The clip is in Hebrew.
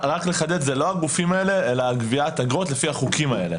רק לחדד: זה לא הגופים האלה אלא גביית אגרות לפי החוקים האלה.